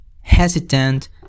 hesitant